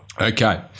Okay